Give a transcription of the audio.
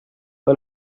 del